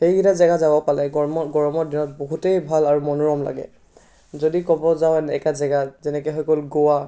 এইকেইটা জাগা যাব পালে গৰমত গৰমৰ দিনত বহুতেই ভাল আৰু মনোৰম লাগে যদি ক'ব যাওঁ এনেকুৱা জাগা যেনেকৈ হৈ গ'ল গ'ৱা